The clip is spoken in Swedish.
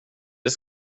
det